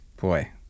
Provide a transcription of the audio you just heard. Boy